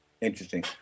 Interesting